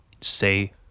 say